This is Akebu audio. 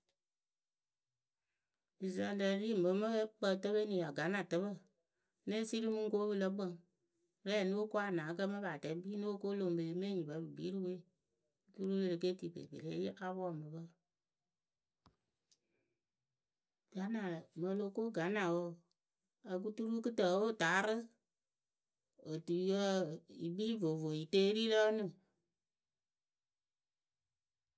Sɨsǝŋrǝ ɖi mɨ mɨ kpǝǝtǝpeni aganatǝpǝ née siri mɨŋ ko pɨ lǝ kpǝŋ rɛ nóo ko anaakǝ mɨ paatɛ kpii nóo ko lome mɨ enyipǝ pɨ kpii rɨ we oturu e le ke tii kpekpere a pɔ mɨ pǝ. gana mɨŋ o lo ko gana wǝǝ o kɨ turu kɨtǝǝwe wɨ taarɨ otuyǝ yɨ kpii vovo yɨ teeri rǝǝnɨ.